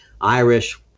Irish